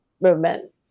movement